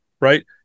right